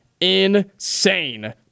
insane